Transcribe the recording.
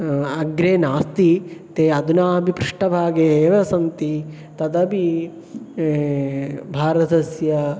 अग्रे नास्ति ते अधुना अपि पृष्टभागे एव सन्ति तदपि भारतस्य